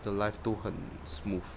the life 都很 smooth